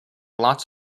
lots